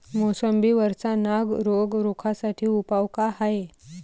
मोसंबी वरचा नाग रोग रोखा साठी उपाव का हाये?